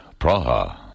Praha